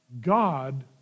God